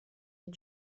had